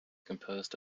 composed